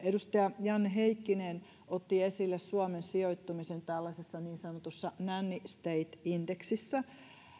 edustaja janne heikkinen otti esille suomen sijoittumisen tällaisessa niin sanotussa nanny state indexissä